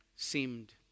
Seemed